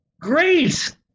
Great